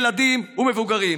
ילדים ומבוגרים.